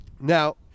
now